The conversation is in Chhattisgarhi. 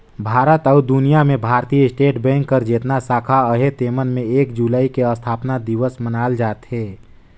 भारत अउ दुनियां में भारतीय स्टेट बेंक कर जेतना साखा अहे तेमन में एक जुलाई के असथापना दिवस मनाल जाथे